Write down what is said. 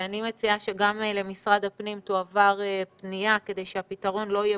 אני מציעה שגם למשרד הפנים תועבר פנייה כדי שהפתרון לא יהיה